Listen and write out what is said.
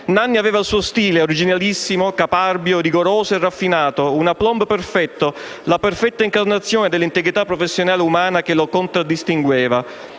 Nanni aveva il suo stile - originalissimo, caparbio, rigoroso e raffinato - e un *aplomb* perfetto: era la sua perfetta incarnazione dell'integrità professionale e umana a contraddistinguerlo.